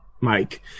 Mike